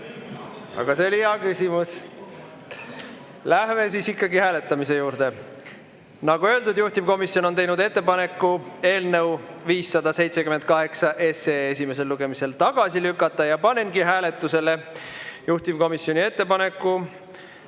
Aga see oli hea küsimus. Läheme siis ikkagi hääletamise juurde. Nagu öeldud, juhtivkomisjon on teinud ettepaneku eelnõu 578 esimesel lugemisel tagasi lükata. Panengi hääletusele juhtivkomisjoni ettepaneku